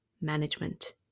management